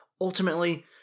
Ultimately